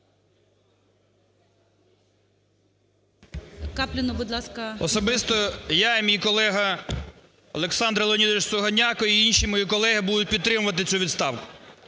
Особисто я і мій колега Олександр Леонідович Сугоняко, і інші мої колеги будуть підтримувати цю відставку.